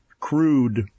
crude